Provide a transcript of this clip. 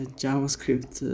JavaScript